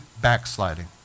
Backsliding